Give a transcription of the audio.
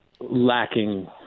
lacking